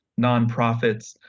nonprofits